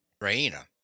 raina